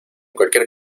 cualquier